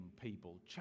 people